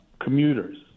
commuters